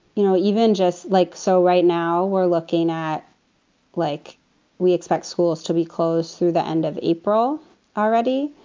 you know, even just like so right now we're looking at like we expect schools to be closed through the end of april already.